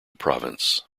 province